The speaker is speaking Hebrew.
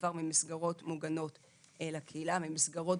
מעבר ממסגרות גדולות לקהילה.